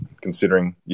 considering